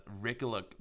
regular